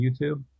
YouTube